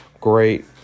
Great